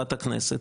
בעבודת הכנסת.